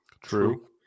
True